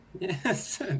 Yes